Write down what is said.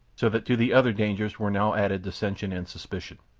so that to the other dangers were now added dissension and suspicion.